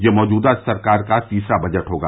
यह मौजूदा सरकार का तीसरा बजट होगा